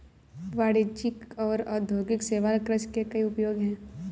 वाणिज्यिक और औद्योगिक शैवाल कृषि के कई उपयोग हैं